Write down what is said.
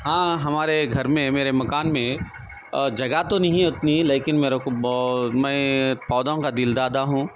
ہاں ہمارے گھر میں میرے مکان میں جگہ تو نہیں ہے اتنی لیکن میرے کو بو میں پودوں کا دلدادہ ہوں